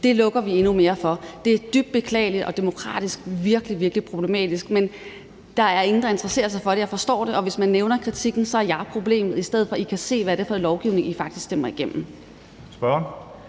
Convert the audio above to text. lukker vi endnu mere for. Det er dybt beklageligt og demokratisk virkelig, virkelig problematisk, men der er ingen, der interesserer sig for det. Det har jeg forstået. Og hvis man nævner kritikken, er jeg problemet, i stedet for at I kan se, hvad det er for en lovgivning, I faktisk stemmer igennem.